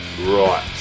Right